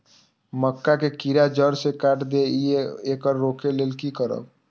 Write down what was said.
मक्का के कीरा जड़ से काट देय ईय येकर रोके लेल की करब?